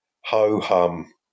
ho-hum